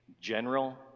general